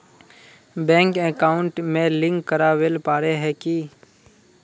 Bank account में link करावेल पारे है की?